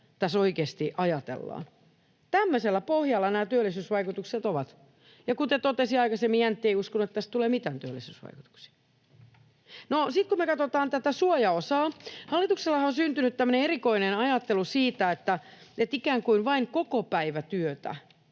tässä oikeasti ajatellaan. Tämmöisellä pohjalla nämä työllisyysvaikutukset ovat, ja kuten totesin aikaisemmin, Jäntti ei uskonut, että tässä tulee mitään työllisyysvaikutuksia. No, sitten kun me katsotaan tätä suojaosaa: Hallituksellahan on syntynyt tämmöinen erikoinen ajattelu, että ikään kuin vain kokopäivätyötä